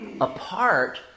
apart